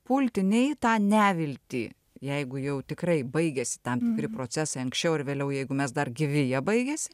pulti ne į tą neviltį jeigu jau tikrai baigiasi tam tikri procesai anksčiau ar vėliau jeigu mes dar gyvi jie baigiasi